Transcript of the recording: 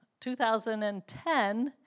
2010